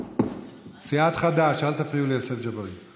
סיעת חד"ש, אל תפריעו ליוסף ג'בארין.